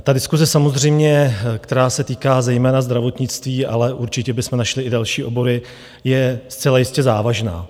Ta diskuse samozřejmě, která se týká zejména zdravotnictví, ale určitě bychom našli i další obory, je zcela jistě závažná.